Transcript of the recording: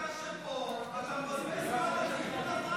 כל דקה שאתה פה אתה מבזבז זמן על,